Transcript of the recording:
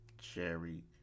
Cherry